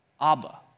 Abba